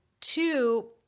two